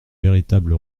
véritable